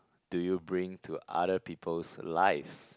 do you bring to other people's lives